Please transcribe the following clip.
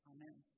Amen